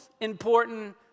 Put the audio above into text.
important